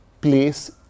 place